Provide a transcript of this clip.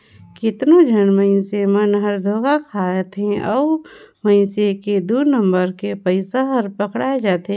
कतनो झन मइनसे मन हर धोखा खाथे अउ मइनसे के दु नंबर के पइसा हर पकड़ाए जाथे